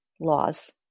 laws